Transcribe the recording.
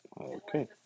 Okay